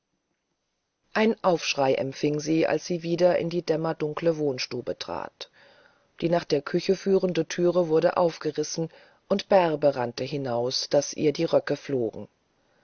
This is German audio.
ein aufschrei empfing sie als sie wieder in die dämmerdunkle wohnstube trat die nach der küche führende thüre wurde aufgerissen und bärbe rannte hinaus daß ihr die röcke flogen